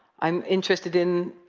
i'm interested in